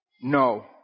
no